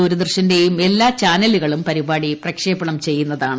ദൂരദർശന്റെയും എല്ലൂ ചാനലുകളും പരിപാടി പ്രക്ഷേപണം ചെയ്യുന്നതാണ്